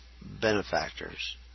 benefactors